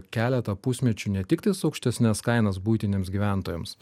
keletą pusmečių ne tik tais aukštesnes kainas buitiniams gyventojams